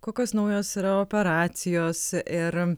kokios naujos yra operacijos ir